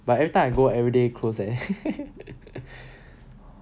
but every time I go everyday close eh